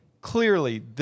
clearly